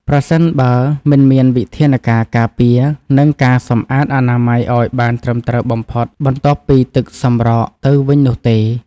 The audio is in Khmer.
ប្រសិនបើមិនមានវិធានការការពារ និងការសម្អាតអនាម័យឱ្យបានត្រឹមត្រូវបំផុតបន្ទាប់ពីទឹកសម្រកទៅវិញនោះទេ។